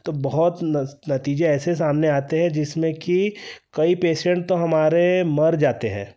तो बहुत नतीजे ऐसे सामने आते हैं जिसमें कि कई पेशेंट तो हमारे मर जाते हैं